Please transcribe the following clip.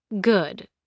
good